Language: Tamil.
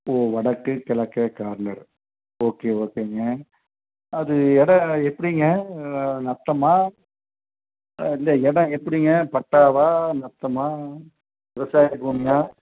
ஓ வடக்கு கிழக்க கார்னர் ஓகே ஓகேங்க அது இடம் எப்படிங்க நட்டமா இல்லை இடம் எப்படிங்க பட்டாவா நட்டமா விவசாய பூமியா